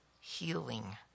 healing